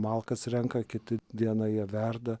malkas renka kitą dieną ją verda